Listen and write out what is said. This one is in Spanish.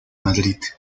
madrid